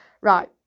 right